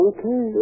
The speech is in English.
Okay